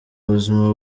buzima